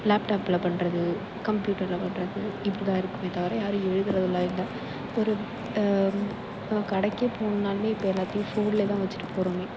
லேப்டாப்பில் பண்ணுறது கம்ப்யூட்டரில் பண்ணுறது இப்படி தான் இருக்குமே தவிர யாரும் எழுதுகிறதுலாம் இல்லை ஒரு ஒரு கடைக்கே போகணுனாலுமே இப்போ எல்லாத்தையும் ஃபோனில் தான் வச்சுட்டு போகிறோமே